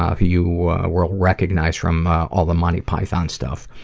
ah you will recognize from all the monty python stuff.